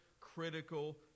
critical